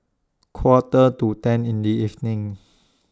Quarter to ten in The evening